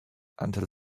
until